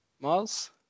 Miles